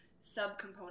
subcomponents